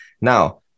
Now